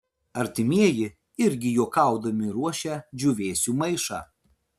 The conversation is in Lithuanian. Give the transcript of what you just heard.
artimieji irgi juokaudami ruošia džiūvėsių maišą